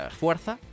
fuerza